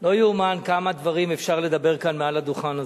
לא ייאמן, כמה דברים אפשר לדבר כאן מעל הדוכן הזה.